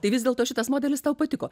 tai vis dėlto šitas modelis tau patiko